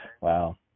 Wow